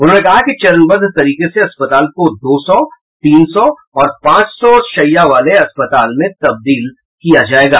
उन्होंने कहा कि चरणबद्व तरीके से अस्पताल को दो सौ तीन सौ और पांच सौ शैया वाले अस्पताल में तब्दील किया जायेगा